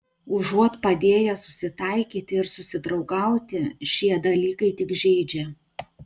užuot padėję susitaikyti ir susidraugauti šie dalykai tik žeidžia